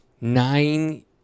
nine